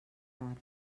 carn